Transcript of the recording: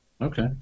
Okay